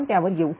आपण त्यावर येऊ